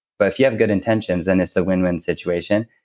but if you have good intentions, and it's a winwin situation,